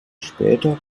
später